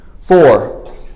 Four